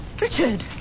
Richard